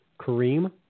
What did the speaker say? Kareem